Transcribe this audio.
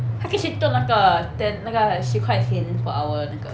他可以去做那个 ten 那个十块钱 per hour 那个